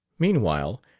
meanwhile,